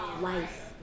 life